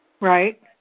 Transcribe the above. Right